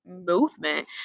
movement